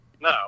no